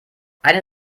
eine